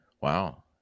Wow